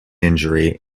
injury